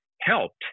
helped